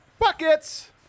buckets